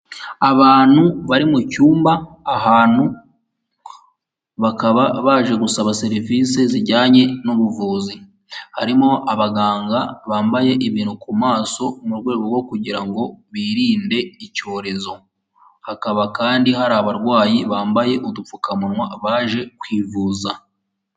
Abantu bari mu cyumba ahantu, bakaba baje gusaba serivisi zijyanye n'ubuvuzi, harimo abaganga bambaye ibintu ku maso, mu rwego rwo kugira ngo birinde icyorezo, hakaba kandi hari abarwayi bambaye udupfukamunwa baje kwivuza.